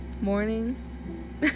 morning